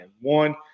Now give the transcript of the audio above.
One